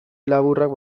laburrak